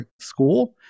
school